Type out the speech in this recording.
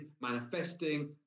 manifesting